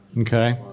Okay